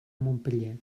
montpeller